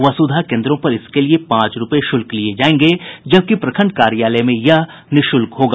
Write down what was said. वसुधा केन्द्रों पर इसके लिए पांच रूपये शुल्क लिये जायेंगे जबकि प्रखंड कार्यालय में यह निःशुल्क होगा